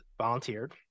volunteered